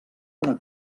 una